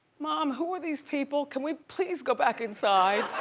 mom, who are these people? can we please go back inside?